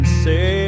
say